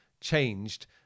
changed